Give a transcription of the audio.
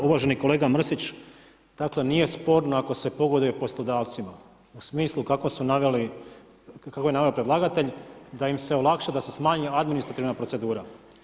Uvaženi kolega Mrsić, nije sporno ako se pogoduje poslodavcima u smislu kako su naveli, kako je naveo predlagatelj, da im se olakša, da se smanji administrativna procedura.